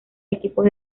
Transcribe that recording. equipos